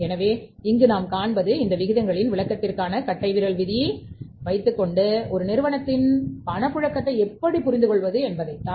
எனவே இங்கு நாம் காண்பது இந்த விகிதங்களின் விளக்கத்தினை வைத்துக்கொண்டு ஒரு நிறுவனத்தின் பணப்புழக்கத்தை எப்படி புரிந்து கொள்வது என்பதைத் தான்